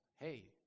hey